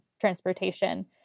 transportation